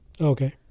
Okay